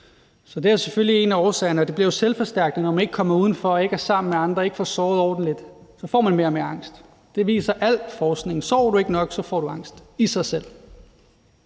Så det er selvfølgelig en af årsagerne, og det bliver jo selvforstærkende, når man ikke kommer udenfor og ikke er sammen med andre og ikke får sovet ordentligt – så får man mere og mere angst. Det viser al forskning; sover du ikke nok, får du angst – i sig selv.